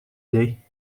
day